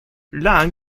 lang